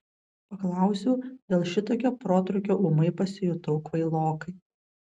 paklausiau dėl šitokio protrūkio ūmai pasijutau kvailokai